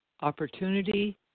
opportunity